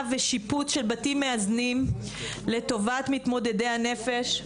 ושיפוץ של בתים מאזנים לטובת מתמודדי הנפש.